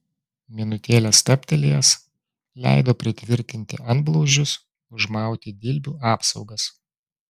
minutėlę stabtelėjęs leido pritvirtinti antblauzdžius užmauti dilbių apsaugas